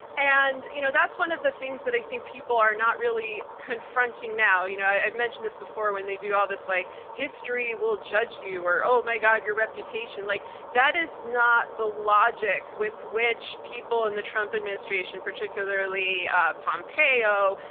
and you know that's one of the things that i think people are not really confronting now. you know i've mentioned this before when they do all this like history will judge you or oh my god, your reputation. like that is not the logic with which people in the trump administration, particularly pompeo,